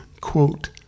quote